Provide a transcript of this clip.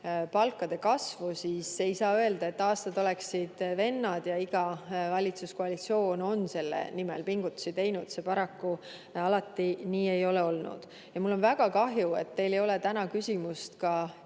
palkade kasvu, siis ei saa öelda, et aastad on olnud vennad ja iga valitsuskoalitsioon on selle nimel pingutusi teinud. See paraku alati nii ei ole olnud. Ja mul on väga kahju, et teil ei ole täna küsimust ka